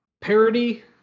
parody